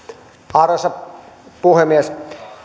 arvoisa puhemies